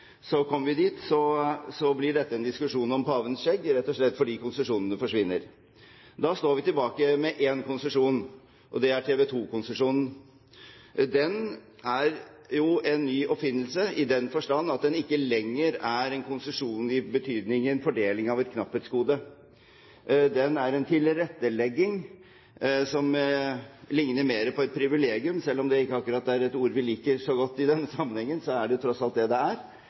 Så kommer vi dit, blir dette en diskusjon om pavens skjegg, rett og slett fordi konsesjonene forsvinner. Da står vi tilbake med én konsesjon, og det er TV 2-konsesjonen. Den er jo en ny oppfinnelse i den forstand at den ikke lenger er en konsesjon i betydningen fordeling av et knapphetsgode. Det er en tilrettelegging som ligner mer på et privilegium, og selv om det ikke akkurat er et ord vi liker så godt i denne sammenhengen, er det tross alt det det er.